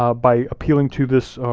um by appealing to this,